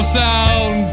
sound